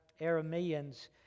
Arameans